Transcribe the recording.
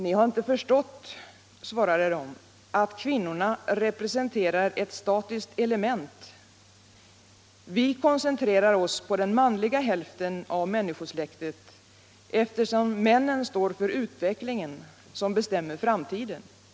Ni har inte förstått, svarade de, att kvinnorna representerar ett statistiskt element: Vi-koncentrerar oss på den manliga hälften av människosläktet, eftersom männen står för utvecklingen som bestämmer framtiden. utbildning och .